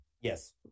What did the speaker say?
yes